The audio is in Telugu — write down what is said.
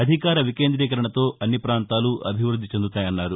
అధికార వికేంద్రీకరణతో అన్ని ప్రాంతాలు అభివృద్ది చెందుతాయన్నారు